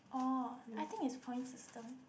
orh I think is points system